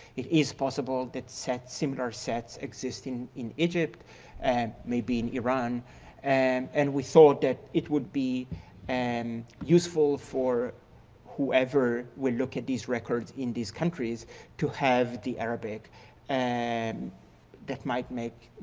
it is possible that similar sets exist in in egypt and maybe in iran and and we thought that it would be and useful for whoever will look at these records in these countries to have the arabic and that might make